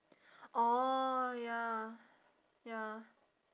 orh ya ya